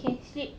K sleep